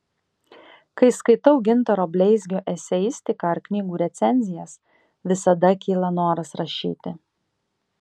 kai skaitau gintaro bleizgio eseistiką ar knygų recenzijas visada kyla noras rašyti